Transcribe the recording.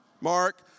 Mark